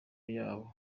yabo